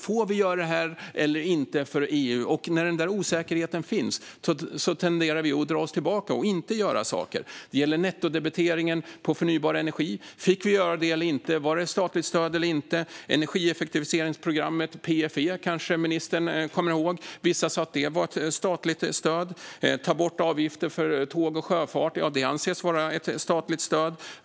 Får vi göra detta eller inte för EU? När denna osäkerhet finns tenderar vi att dra oss tillbaka och inte göra saker. Det gäller nettodebiteringen på förnybar energi. Fick vi göra det eller inte? Var det statligt stöd eller inte? Energieffektiviseringsprogrammet PFE kommer ministern kanske ihåg. Vissa sa att det var ett statligt stöd. Borttagning av avgifter för tåg och sjöfart anses vara ett statligt stöd.